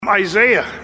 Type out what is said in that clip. Isaiah